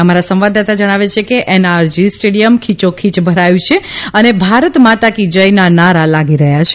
અમારા સંવાદદાતા જણાવે છે કે એનઆરજી સ્ટેડીયમ ખીયોખીય ભરાયું છે અને ભારત માતા કી જયના નારા લાગી રહયાં છે